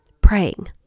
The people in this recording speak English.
praying